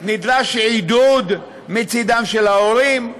נדרש עידוד מצדם של ההורים,